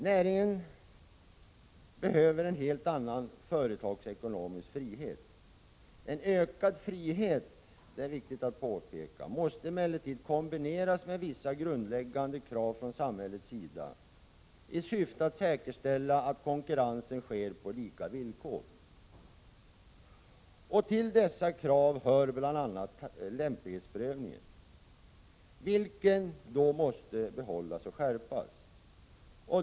Näringen behöver en helt annan företagsekonomisk frihet. En ökad frihet måste emellertid kombineras med vissa grundläggande krav från samhällets sida i syfte att säkerställa att konkurrensen sker på lika villkor. Till dessa krav hör bl.a. kravet på lämplighetsprövning. Denna prövning måste behållas och skärpas.